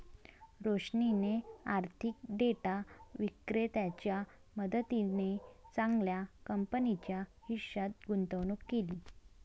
रोशनीने आर्थिक डेटा विक्रेत्याच्या मदतीने चांगल्या कंपनीच्या हिश्श्यात गुंतवणूक केली